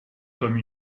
comme